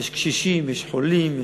יש קשישים, יש חולים,